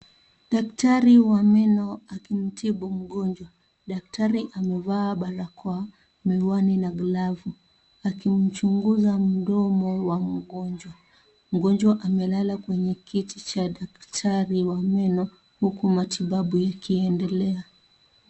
Daktari wa meno akimtibu mgonjwa. Daktari amevaa barakoa, miwani na glavu. Akimchunguza mdomo wa mgonjwa. Mgonjwa amelala kwenye kiti cha daktari wa meno huku matibabu yakiendelea.